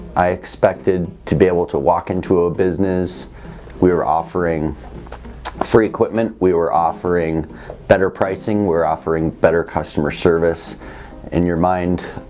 i expected to be able to walk into a business we were offering free equipment we were offering better pricing we're offering better customer service in your mind